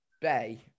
bay